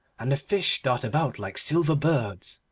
and the fish dart about like silver birds,